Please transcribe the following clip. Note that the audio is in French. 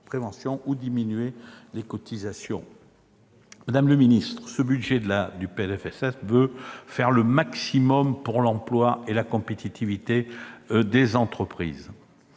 ou diminuer les cotisations. Madame la ministre, ce PLFSS veut faire le maximum pour l'emploi et la compétitivité des entreprises.